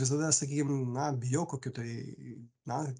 visada sakykim na bijau kokių tai na